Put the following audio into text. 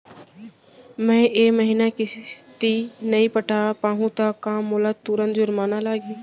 मैं ए महीना किस्ती नई पटा पाहू त का मोला तुरंत जुर्माना लागही?